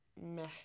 meh